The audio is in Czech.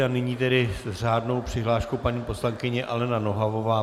A nyní tedy s řádnou přihláškou paní poslankyně Alena Nohavová.